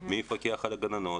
מי יפקח על הגננות,